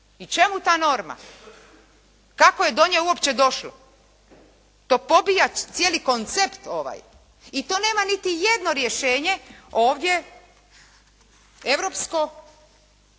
I čemu ta norma? Kako je do nje uopće došlo? To pobija cijeli koncept ovaj. I to nema niti jedno rješenje ovdje europsko,